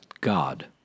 God